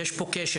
יש פה כשל.